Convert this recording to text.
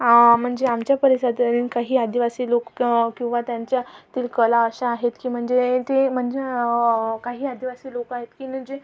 म्हणजे आमच्या परिसरातील काही आदिवासी लोक किंवा त्यांच्यातील कला अशा आहेत की म्हणजे ते म्हणजे काही आदिवासी लोक आहेत की जे